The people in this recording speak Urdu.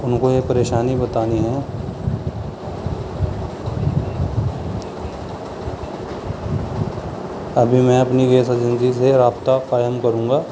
ان کو یہ پریشانی بتانی ہے ابھی میں اپنی گیس ایجنسی سے رابطہ قائم کروں گا